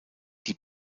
die